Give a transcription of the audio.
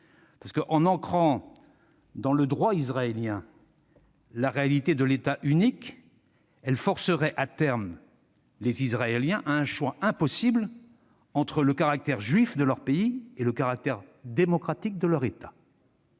En ancrant dans le droit israélien la réalité de l'État unique, l'annexion forcerait à terme les Israéliens à faire un choix impossible entre le caractère juif de leur pays et le caractère démocratique de leur État.